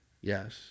yes